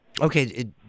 Okay